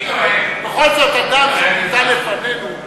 בכל זאת, אדם מוטל לפנינו.